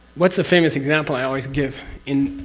what's the famous example i always give in.